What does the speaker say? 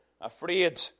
afraid